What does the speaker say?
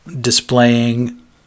displaying